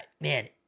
man